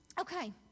Okay